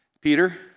Peter